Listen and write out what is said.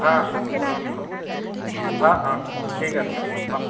অঁ অঁ অঁ অঁ অঁ অঁ অঁ ঠিক আছে অঁ